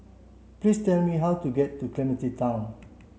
please tell me how to get to Clementi Town